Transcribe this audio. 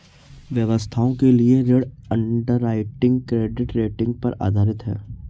व्यवसायों के लिए ऋण अंडरराइटिंग क्रेडिट रेटिंग पर आधारित है